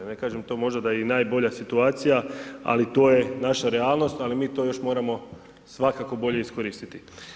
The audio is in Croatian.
Ne kažem možda da je to i najbolja situacija, ali to je naša realnost, ali mi to još moramo svakako bolje iskoristiti.